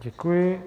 Děkuji.